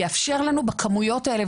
יאפשר לנו בכמויות האלה,